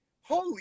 Holy